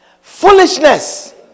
Foolishness